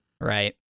Right